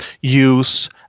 use